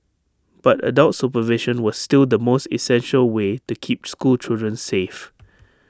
but adult supervision was still the most essential way to keep school children safe